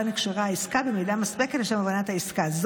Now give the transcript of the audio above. נקשרה העסקה במידה מספקת לשם הבנת העסקה.